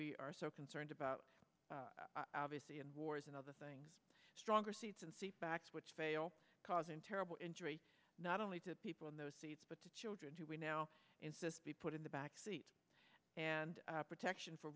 we are so concerned about obviously in wars and other things stronger seats and seat backs which fail causing terrible injury not only to people in those seats but to children who we now insist be put in the back seat and protection for